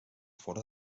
fora